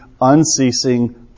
unceasing